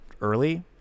early